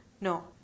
No